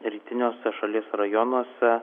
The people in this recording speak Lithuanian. rytiniuose šalies rajonuose